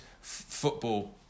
football